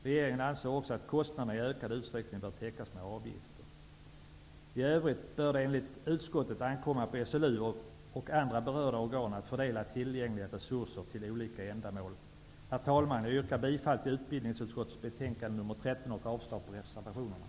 Regeringen anser också att kostnaderna i ökad utsträckning bör täckas med avgifter. I övrigt bör det enligt utskottet ankomma på SLU och andra berörda organ att fördela tillgängliga resurser till olika ändamål. Herr talman! Jag yrkar bifall till utbildningsutskottets hemställan i utskottets betänkande nr 13 och avslag på reservationerna.